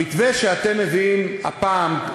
המתווה שאתם מביאים הפעם,